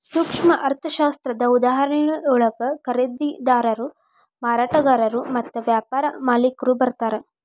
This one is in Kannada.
ಸೂಕ್ಷ್ಮ ಅರ್ಥಶಾಸ್ತ್ರದ ಉದಾಹರಣೆಯೊಳಗ ಖರೇದಿದಾರರು ಮಾರಾಟಗಾರರು ಮತ್ತ ವ್ಯಾಪಾರ ಮಾಲಿಕ್ರು ಬರ್ತಾರಾ